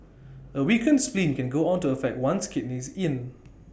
A weakened spleen can go on to affect one's Kidney Yin